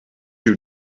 you